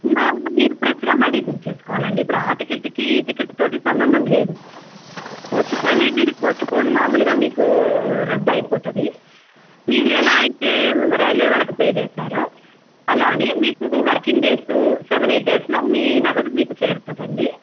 మామూలు మీరు ఫ్రెష్గా మళ్ళీ బుక్ చేసుకోవాలండి ఇప్పుడు ఆ టికెట్కి ఈ టికెట్తోటి సంబంధం లేదు పోస్ట్పోన్ అనేది పోస్ట్పోన్ మామూలుగా మీకు రద్ద అయిపోతుంది మీరు ఎలా అయితే రైల్వే వాళ్ళకి పే చేశారో అలా అని మీకు వర్కింగ్ డేసు సెవెన్ ఎయిట్ డేస్లో మీ నగదు మీకు చేరుతుందండి